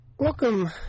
Welcome